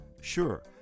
Sure